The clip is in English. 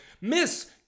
Miss